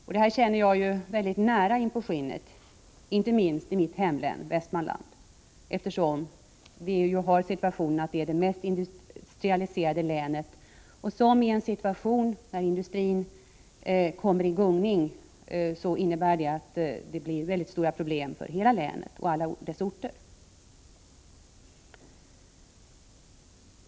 Jag har mycket nära beröring med dessa frågor, inte minst i mitt hemlän, Västmanlands län, eftersom detta är det mest industrialiserade länet. I en situation där industrin kommer i gungning uppstår mycket stora problem för länet i dess helhet, inkl. alla dess orter.